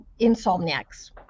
insomniacs